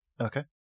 Okay